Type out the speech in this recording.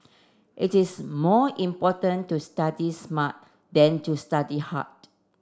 it is more important to study smart than to study hard